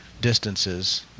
distances